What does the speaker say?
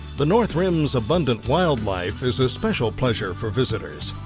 the north rim's abundant wildlife is a special pleasure for visitors.